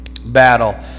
battle